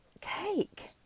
cake